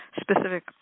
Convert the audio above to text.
specific